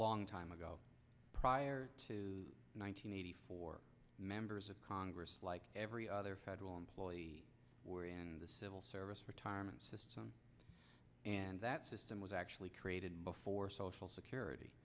long time ago prior to nine hundred eighty four members of congress like every other federal employee we're in the civil service retirement system and that system was actually created before social security